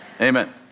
Amen